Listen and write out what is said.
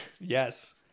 Yes